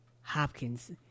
Hopkins